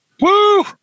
Woo